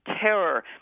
terror